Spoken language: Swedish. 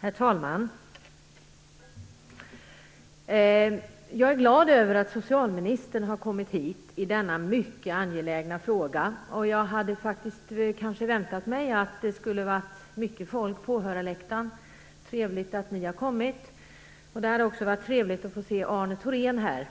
Herr talman! Jag är glad över att socialministern har kommit hit till debatten i denna mycket angelägna fråga. Jag hade kanske väntat mig att det skulle vara mycket folk på åhörarläktaren, men det är trevligt att de som är här har kommit. Det hade också varit trevligt att få se Arne Thorén här,